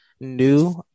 New